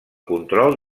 control